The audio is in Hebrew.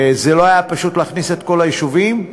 וזה לא היה פשוט להכניס את כל היישובים,